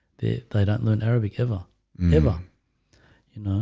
they they don't learn arabic ever ever you know,